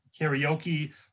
karaoke